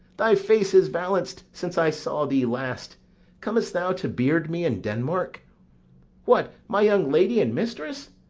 thy face is valanc'd since i saw thee last comest thou to beard me in denmark what, my young lady and mistress!